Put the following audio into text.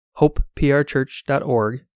hopeprchurch.org